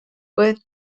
with